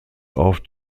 auf